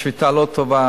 השביתה לא טובה,